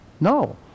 No